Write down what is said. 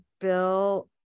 bill